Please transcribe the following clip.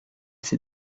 s’est